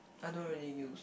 I don't really use